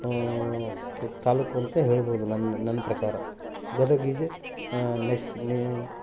ತ ತಾಲೂಕು ಅಂತ ಹೇಳ್ಬೌದು ನನ್ನ ನನ್ನ ಪ್ರಕಾರ ಗದಗ ಈಸ್ ಎ ನೈಸ್ ನೆ